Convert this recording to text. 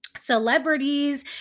celebrities